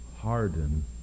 harden